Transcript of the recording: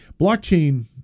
blockchain